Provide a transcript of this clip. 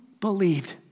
believed